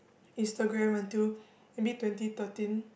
Instagram until maybe twenty thirteen